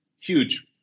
huge